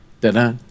Da-da